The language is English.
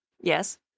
yes